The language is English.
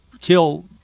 kill